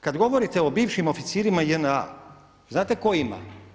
Kad govorite o bivšim oficirima JNA znate kojima?